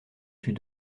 fut